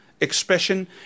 expression